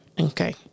Okay